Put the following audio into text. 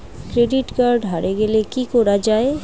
Credit card হারে গেলে কি করা য়ায়?